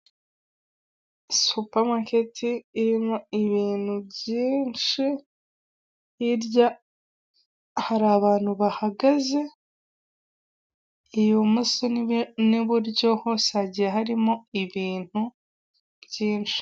Supamaketi irimo ibintu byinshi, hirya hari abantu bahagaze, ibumoso n'iburyo hose hagiye harimo ibintu byinshi.